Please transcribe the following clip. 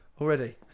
already